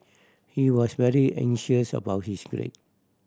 he was very anxious about his grade